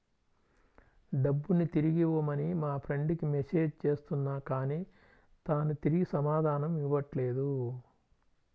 డబ్బుని తిరిగివ్వమని మా ఫ్రెండ్ కి మెసేజ్ చేస్తున్నా కానీ తాను తిరిగి సమాధానం ఇవ్వట్లేదు